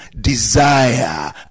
desire